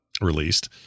released